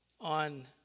on